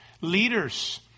leaders